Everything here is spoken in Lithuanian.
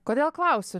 kodėl klausiu